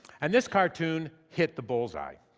and this cartoon hit the bull's eye.